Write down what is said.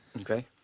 Okay